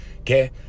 okay